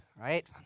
right